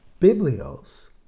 Biblios